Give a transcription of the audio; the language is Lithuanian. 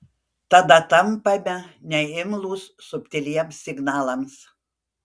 tada tampame neimlūs subtiliems signalams